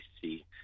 see